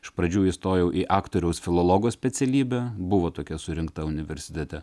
iš pradžių įstojau į aktoriaus filologo specialybę buvo tokia surinkta universitete